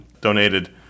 donated